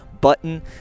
button